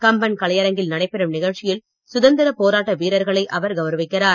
கம்பன் கலையரங்கில் நடைபெறும் நிகழ்ச்சியில் சுதந்திர போராட்ட வீரர்களை அவர் கவுரவிக்கிறார்